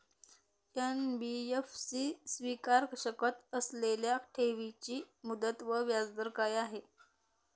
NBFC स्वीकारु शकत असलेल्या ठेवीची मुदत व व्याजदर काय आहे?